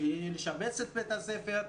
שהיא ביקשה לשפץ את בית הספר.